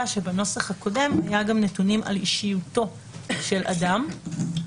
שבנוסח הקודם היו גם נתונים על אישיותו של אדם,